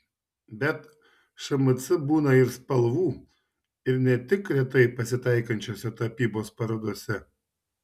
bet šmc būna ir spalvų ir ne tik retai pasitaikančiose tapybos parodose